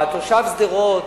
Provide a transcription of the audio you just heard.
תושב שדרות,